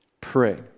Pray